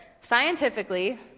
Scientifically